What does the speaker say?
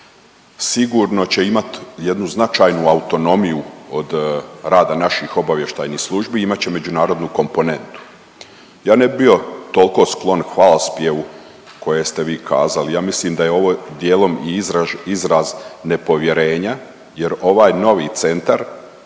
sigurno će imati jednu značajnu autonomiju od rada naših obavještajnih službi i imat će međunarodnu komponentu. Ja ne bih bio toliko sklon hvalospjevu koje ste vi kazali. Ja mislim da je ovo djelom i izraz nepovjerenja jer ovaj novi centar